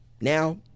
Now